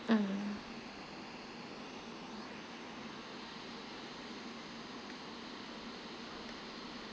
mm